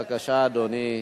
בבקשה, אדוני.